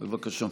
בבקשה.